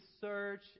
search